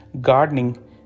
gardening